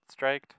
striked